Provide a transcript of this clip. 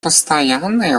постоянной